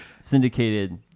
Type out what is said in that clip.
syndicated